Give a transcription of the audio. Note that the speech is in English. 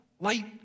light